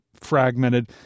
fragmented